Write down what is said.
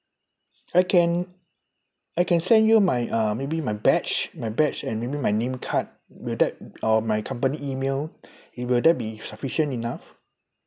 I can I can send you my uh maybe my badge my badge and maybe my name card will that or my company email it will that be sufficient enough